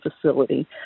facility